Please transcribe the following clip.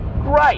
great